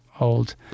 old